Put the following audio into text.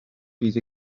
bydd